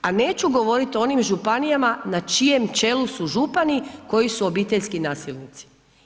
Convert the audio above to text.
A neću govoriti o onim županijama na čijem čelu su župani koji su obiteljski nasilnici.